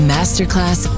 Masterclass